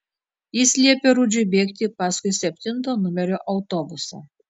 jis liepė rudžiui bėgti paskui septinto numerio autobusą